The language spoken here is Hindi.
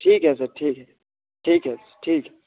ठीक है सर ठीक है ठीक है सर ठीक है